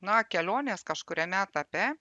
na kelionės kažkuriame etape